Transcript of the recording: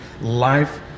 life